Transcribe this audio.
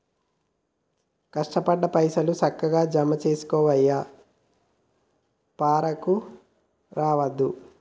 కష్టపడ్డ పైసలు, సక్కగ జమజేసుకోవయ్యా, పరాకు రావద్దు